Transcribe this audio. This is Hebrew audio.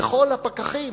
וכל הפקחים,